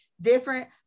different